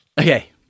okay